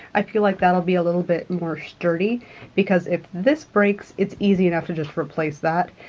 i feel like that'll be a little bit more sturdy because if this breaks, it's easy enough to just replace that.